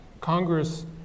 Congress